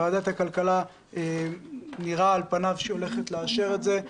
ועל פניו נראה שוועדת הכלכלה הולכת לאשר את זה,